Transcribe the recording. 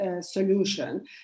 solution